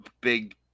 big